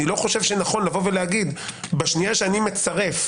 לדעתי לא נכון להגיד שבשנייה שאני מצרף